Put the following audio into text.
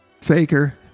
Faker